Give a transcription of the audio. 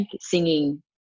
singing